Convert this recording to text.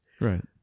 Right